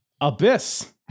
Abyss